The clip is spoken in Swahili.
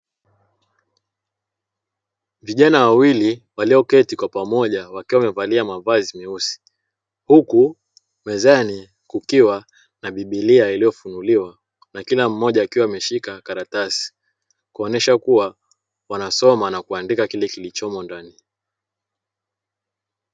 Vijana wawili walioketi kwa pamoja wakiwa wamevalia mavazi meusi, huku mezani kukiwa na bibilia iliofunuliwa na kila mmoja akiwa ameshika karatasi kuonesha kuwa wanasoma na kuandika kile kilichomo ndani.